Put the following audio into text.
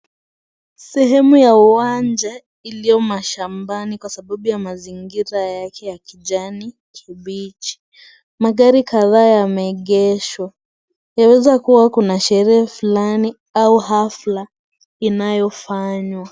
Sehamu ya uwanja iliyo mashambani kwa sababu ya mazingira yake ya kijani kibichi, magari kadhaa yameegeshwa yaweza kuwa kuna sherehe fulani au hafla inayofanywa.